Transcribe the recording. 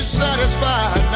satisfied